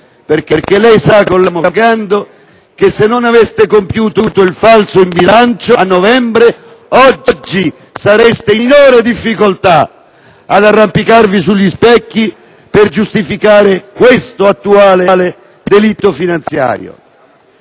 infatti, collega Morgando, che se non aveste compiuto il falso in bilancio a novembre, oggi sareste in minore difficoltà e non dovreste arrampicarvi sugli specchi per giustificare questo attuale delitto finanziario.